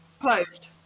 closed